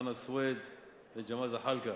חנא סוייד וג'מאל זחאלקה.